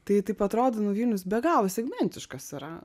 tai taip atrodo nu vilnius be galo segmentiškas yra